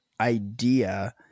idea